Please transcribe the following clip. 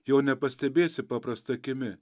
jo nepastebėsi paprasta akimi